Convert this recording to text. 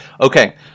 Okay